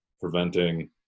preventing